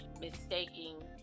Mistaking